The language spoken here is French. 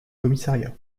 commissariat